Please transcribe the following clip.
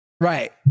Right